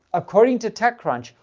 according to techcrunch,